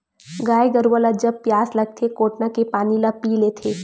गाय गरुवा ल जब पियास लागथे कोटना के पानी ल पीय लेथे